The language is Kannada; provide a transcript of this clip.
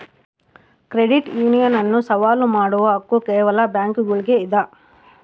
ಕ್ರೆಡಿಟ್ ಯೂನಿಯನ್ ಅನ್ನು ಸವಾಲು ಮಾಡುವ ಹಕ್ಕು ಕೇವಲ ಬ್ಯಾಂಕುಗುಳ್ಗೆ ಇದ